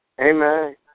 Amen